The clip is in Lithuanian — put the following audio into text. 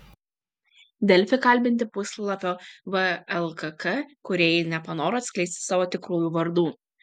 delfi kalbinti puslapio vlkk kūrėjai nepanoro atskleisti savo tikrųjų vardų